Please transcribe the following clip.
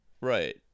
Right